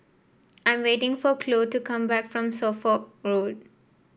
I am waiting for Chloe to come back from Suffolk Road